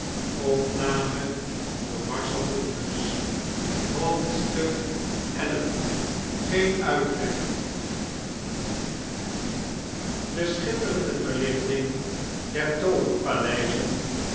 cieen tjitweg de schitterende verlichting der